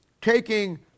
taking